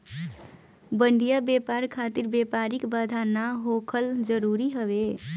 बढ़िया व्यापार खातिर व्यापारिक बाधा ना होखल जरुरी हवे